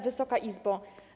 Wysoka Izbo!